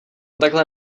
takhle